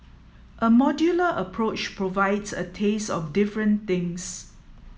a modular approach provides a taste of different things